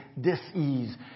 dis-ease